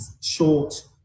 short